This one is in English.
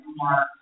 more